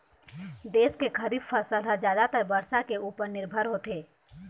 देश के खरीफ फसल ह जादातर बरसा के उपर निरभर होथे